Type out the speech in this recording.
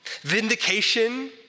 Vindication